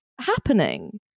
happening